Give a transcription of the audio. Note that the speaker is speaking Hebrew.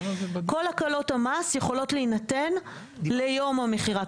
כל הקלות המס יכולות להינתן ליום המכירה.